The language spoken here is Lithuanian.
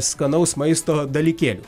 skanaus maisto dalykėlių